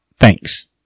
Thanks